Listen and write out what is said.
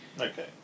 Okay